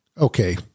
okay